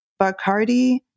Bacardi